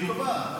והיא קובעת,